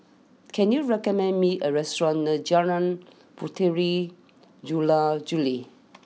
can you recommend me a restaurant near Jalan Puteri Jula Juli